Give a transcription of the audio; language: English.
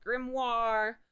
grimoire